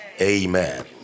amen